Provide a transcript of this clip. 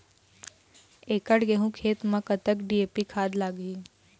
एकड़ गेहूं खेत म कतक डी.ए.पी खाद लाग ही?